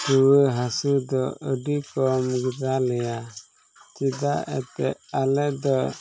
ᱨᱩᱣᱟᱹ ᱦᱟᱹᱥᱩ ᱫᱚ ᱟᱹᱰᱤ ᱠᱚᱢ ᱜᱮᱛᱟ ᱞᱮᱭᱟ ᱪᱮᱫᱟᱜ ᱮᱱᱛᱮᱫ ᱟᱞᱮ ᱫᱚ